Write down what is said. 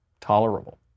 tolerable